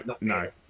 no